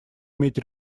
иметь